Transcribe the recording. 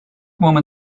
woman